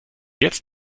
jetzt